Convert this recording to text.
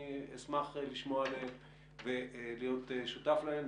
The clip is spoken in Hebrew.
אני אשמח לשמוע עליהן ולהיות שותף להן.